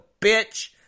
bitch